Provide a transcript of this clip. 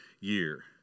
year